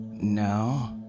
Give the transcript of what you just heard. No